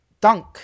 Dunk